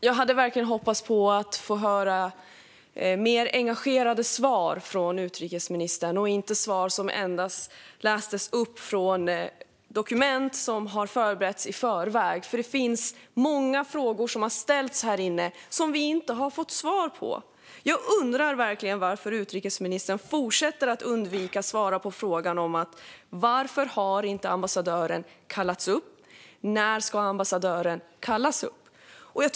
Fru talman! Jag hoppades verkligen få höra mer engagerade svar från utrikesministern och inte endast upplästa svar skrivna i förväg, för många frågor som har ställts här inne har vi inte fått svar på. Jag undrar verkligen varför utrikesministern fortsätter att undvika att svara på frågorna varför ambassadören inte har kallats upp och när ambassadören ska kallas upp.